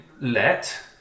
let